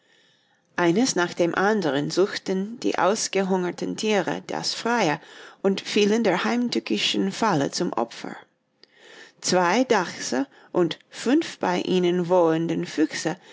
eines nach dem anderen suchten die ausgehungerten tiere das freie und fielen der heimtückischen falle zum opfer zwei dachse und fünf bei ihnen wohnende füchse